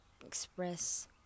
Express